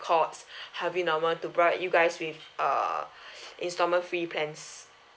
Courts Harvey Norman to provide you guys with uh instalment free plans